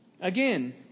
Again